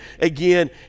again